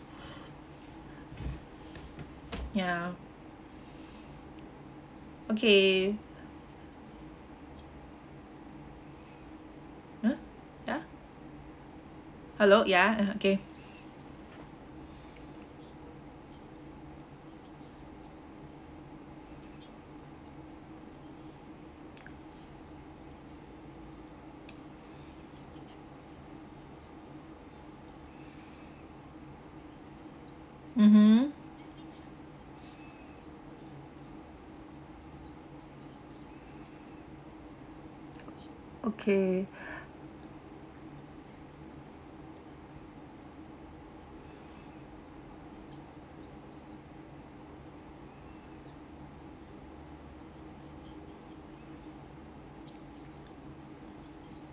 ya okay !huh! ya hello ya okay mmhmm okay